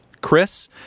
Chris